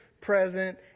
present